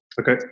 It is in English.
Okay